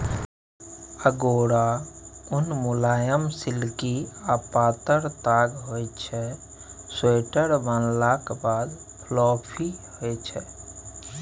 अगोरा उन मुलायम, सिल्की आ पातर ताग होइ छै स्वेटर बनलाक बाद फ्लफी होइ छै